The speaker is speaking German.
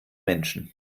menschen